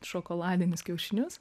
šokoladinius kiaušinius